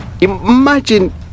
imagine